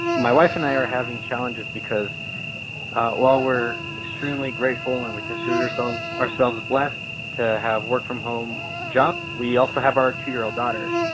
my wife and i are having challenges because while we're extremely grateful and we consider so ourselves blessed to have work from home job, we also have our two year old daughter.